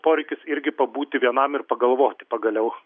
poreikis irgi pabūti vienam ir pagalvoti pagaliau